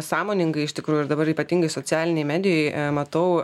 sąmoningai iš tikrųjų ir dabar ypatingai socialinėj medijoj matau